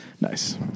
Nice